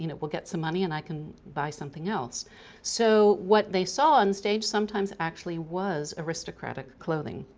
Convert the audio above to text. you know we'll get some money and i can buy something else so what they saw on stage sometimes actually was aristocratic clothing.